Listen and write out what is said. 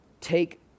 take